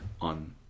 on